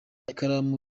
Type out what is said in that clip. ikaramu